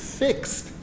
fixed